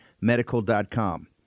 medical.com